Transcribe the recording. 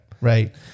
Right